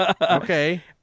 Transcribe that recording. Okay